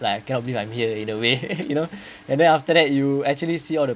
like I cannot believe I'm here in a way you know and then after that you actually see all the